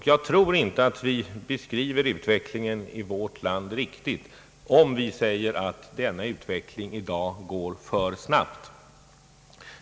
Jag tror inte att vi beskriver utvecklingen i vårt land riktigt om vi säger att denna utveckling i dag går för snabbt.